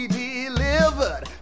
delivered